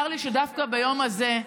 צר לי שדווקא ביום הזה,